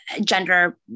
gender